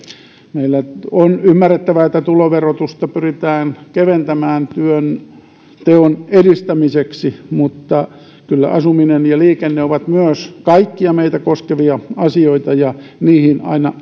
on ymmärrettävää että tuloverotusta pyritään keventämään työnteon edistämiseksi mutta kyllä asuminen ja liikenne ovat myös kaikkia meitä koskevia asioita ja aina niihin